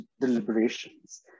deliberations